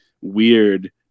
weird